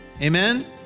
Amen